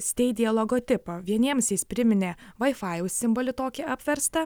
stadia logotipą vieniems jis priminė vaifajaus simbolį tokį apverstą